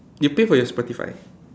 you pay for your Spotify